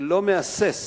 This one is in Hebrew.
שלא מהסס